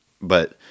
But-